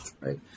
right